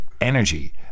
energy